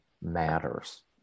matters